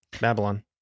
Babylon